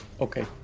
Okay